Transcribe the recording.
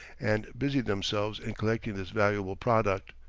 and busied themselves in collecting this valuable product.